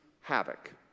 havoc